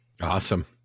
Awesome